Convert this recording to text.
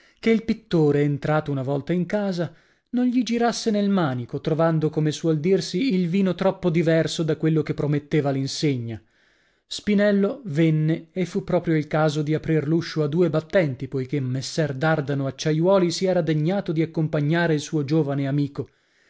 che il pittore entrato una volta in casa non gli girasse nel manico trovando come suol dirsi il vino troppo diverso da quello che prometteva l'insegna spinello venne e fu proprio il caso di aprir l'uscio a due battenti poichè messer dardano acciaiuoli si era degnato di accompagnare il suo giovane amico